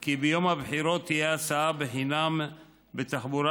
כי ביום הבחירות תהיה הסעה חינם בתחבורה